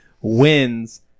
wins